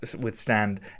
withstand